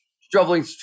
struggling